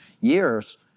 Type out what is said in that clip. years